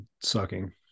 sucking